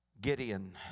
Gideon